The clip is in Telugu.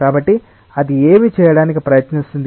కాబట్టి అది ఏమి చేయడానికి ప్రయత్నిస్తుంది